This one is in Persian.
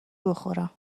بخورم